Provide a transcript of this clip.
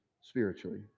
spiritually